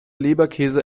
leberkäse